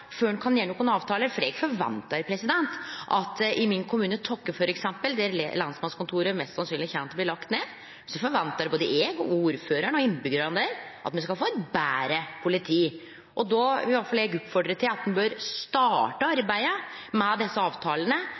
før ein kan gjere ein avtale. For eksempel i min kommune Tokke, der lensmannskontoret mest sannsynleg kjem til å bli lagt ned, forventar både eg, ordføraren og innbyggjarane at me skal få eit betre politi. Då vil iallfall eg oppfordre til at ein bør starte arbeidet med desse